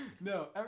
no